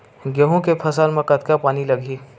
गेहूं के फसल म कतका पानी लगही?